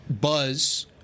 buzz –